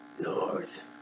North